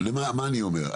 מה אני אומר?